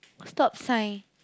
stop sign